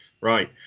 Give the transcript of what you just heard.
right